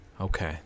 Okay